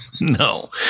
No